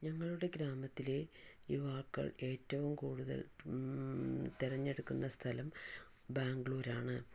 ഞങ്ങളുടെ ഗ്രാമത്തിലെ യുവാക്കള് ഏറ്റവും കൂടുതല് തെരഞ്ഞെടുക്കുന്ന സ്ഥലം ബാംഗ്ലൂര് ആണ്